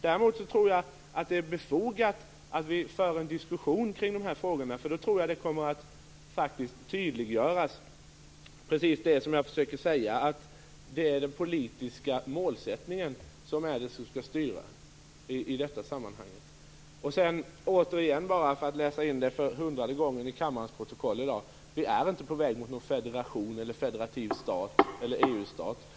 Däremot tror jag att det är befogat att föra en diskussion kring de här frågorna. Då tror jag att precis det som jag försöker att säga kommer att tydliggöras: att det är den politiska målsättningen som skall styra i det här sammanhanget. Sedan vill jag för hundrade gången i dag läsa in detta i kammarens protokoll: Vi är inte på väg mot någon federation, federativ stat eller EU-stat.